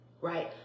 right